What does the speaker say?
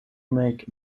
make